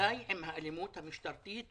די עם האלימות המשטרתית,